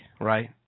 right